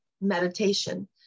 meditation